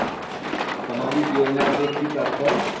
सामाजिक योजना के कि तात्पर्य?